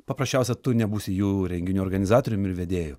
paprasčiausia tu nebūsi jų renginio organizatorium ir vedėju